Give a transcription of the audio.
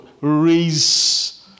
raise